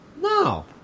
No